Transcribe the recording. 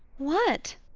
what?